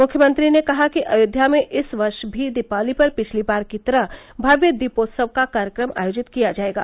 मुख्यमंत्री ने कहा कि अयोध्या में इस व ् भी दीपावली पर पिछली बार की तरह भव्य दीपोत्सव का कार्यक्रम आयोजित किया जाएगा